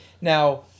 Now